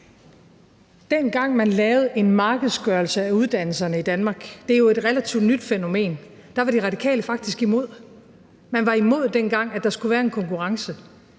Dengang man lavede en markedsgørelse af uddannelserne i Danmark – det er jo et relativt nyt fænomen – var De Radikale faktisk imod. Dengang var man imod, at der skulle være en konkurrence.